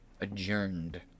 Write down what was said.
Adjourned